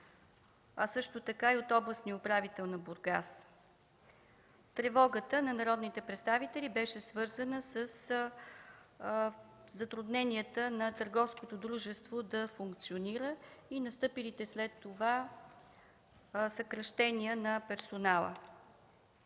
а също така и от областния управител на Бургас. Тревогата на народните представители беше свързана със затрудненията на търговското дружество да функционира и настъпилите след това съкращения на персонала.